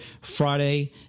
Friday